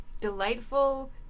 delightful